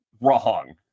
wrong